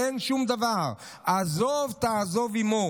אין שום דבר: "עזֹב תעזֹב עִמוֹ".